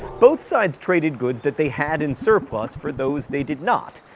both sides traded goods that they had in surplus for those they did not.